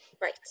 right